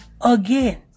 again